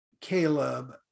Caleb